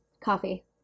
Coffee